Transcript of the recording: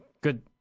good